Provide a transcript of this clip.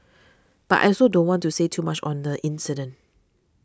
but I also don't want to say too much on the incident